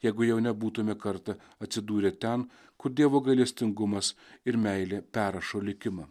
jeigu jau nebūtume kartą atsidūrę ten kur dievo gailestingumas ir meilė perrašo likimą